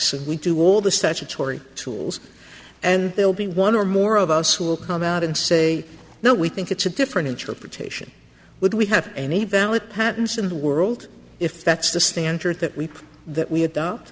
and we do all the statutory tools and they'll be one or more of us will come out and say no we think it's a different interpretation would we have any valid patents in the world if that's the standard that we that we